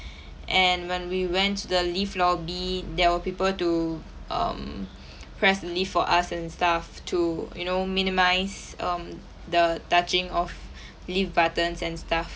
and when we went to the lift lobby there were people to um press the lift for us and stuff to you know minimise um the touching of lift buttons and stuff